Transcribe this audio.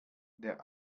der